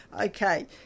Okay